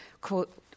quote